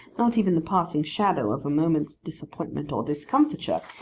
not even the passing shadow of a moment's disappointment or discomfiture,